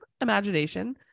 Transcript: imagination